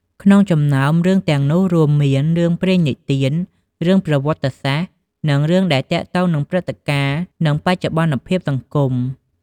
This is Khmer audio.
ក្នុងចំណោមរឿងទាំងនោះរួមមាន រឿងព្រេងនិទាន រឿងប្រវត្តិសាស្ត្រ និងរឿងដែលទាក់ទងនឹងព្រឹត្តិការណ៍ និងបច្ចុប្បន្នភាពសង្គម ។